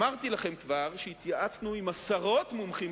כבר אמרתי לכם שהתייעצנו עם עשרות מומחים,